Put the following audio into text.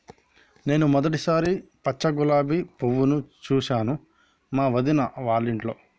నేను మొదటిసారి పచ్చ గులాబీ పువ్వును చూసాను మా వదిన వాళ్ళింట్లో